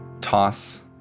toss